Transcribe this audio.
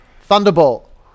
Thunderbolt